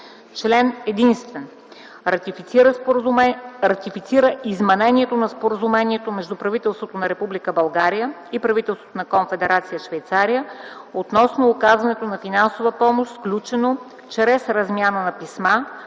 Член единствен. Ратифицира изменението на Споразумението между правителството на Република България и правителството на Конфедерация Швейцария относно оказването на финансова помощ, сключено чрез размяна на писма